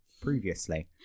previously